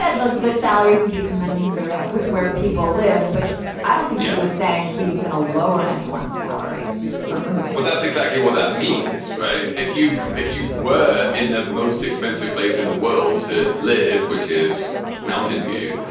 and like the salaries would be commensurate with where people live but i don't think yeah i was saying he was going to lower anyone's salary for moving well, that's exactly what that means, right? if you if you were in the most expensive place in the world to live, which is mountain view,